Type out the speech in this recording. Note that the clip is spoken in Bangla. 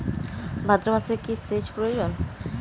ভাদ্রমাসে কি সেচ প্রয়োজন?